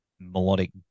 melodic